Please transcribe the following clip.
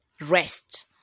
rest